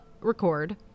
record